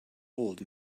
old